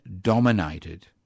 dominated